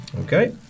Okay